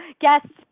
guests